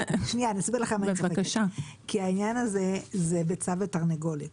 אני קופצת כי העניין הזה הוא ביצה ותרנגולת.